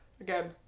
again